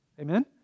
Amen